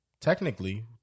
technically